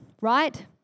right